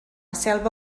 selva